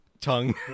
tongue